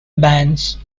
bans